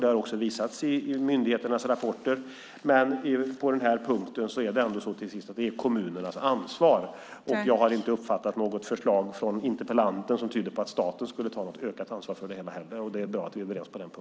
Det har också visats i myndigheternas rapporter, men det är ändå kommunernas ansvar. Jag har inte uppfattat något förslag från interpellanten som innebär att staten skulle ta något ökat ansvar för det hela. Det är bra att vi är överens på den punkten.